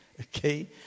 okay